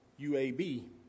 UAB